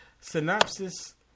Synopsis